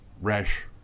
rash